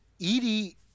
Edie